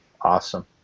awesome